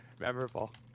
Memorable